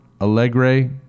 Alegre